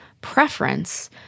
preference